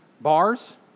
bars